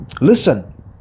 Listen